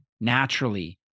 naturally